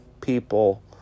people